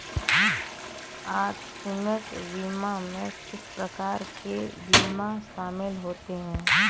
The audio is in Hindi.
आकस्मिक बीमा में किस प्रकार के बीमा शामिल होते हैं?